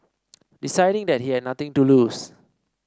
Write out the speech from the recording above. deciding that he had nothing to lose